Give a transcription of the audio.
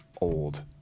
old